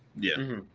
yeah.